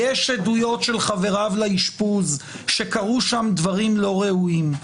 יש עדויות של חבריו לאשפוז שקרו שם דברים לא ראויים.